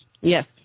Yes